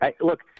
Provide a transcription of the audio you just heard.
Look